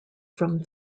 from